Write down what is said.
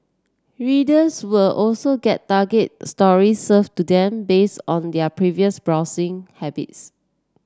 readers will also get targeted stories served to them based on their previous browsing habits